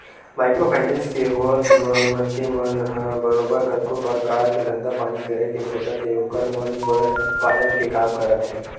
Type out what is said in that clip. micro finance के होवत म मनखे मन ह बरोबर कतको परकार के धंधा पानी करे के सोचत हे ओखर मन बर सहायक के काम करत हे